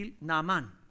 naaman